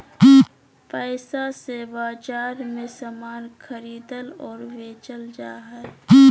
पैसा से बाजार मे समान खरीदल और बेचल जा हय